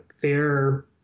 fair